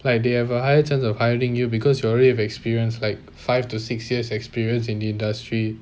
like they have a higher chance of hiring you because you already have experienced like five to six years experience in the industry